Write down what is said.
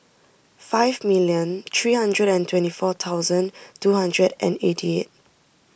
five million three hundred and twenty four thousand two hundred and eighty eight